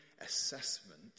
assessment